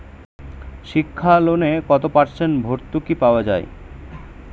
শিক্ষা লোনে কত পার্সেন্ট ভূর্তুকি পাওয়া য়ায়?